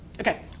Okay